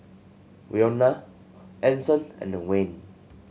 Wynona Anson and Wayne